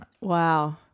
Wow